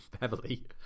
heavily